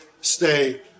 stay